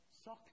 sock